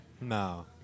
No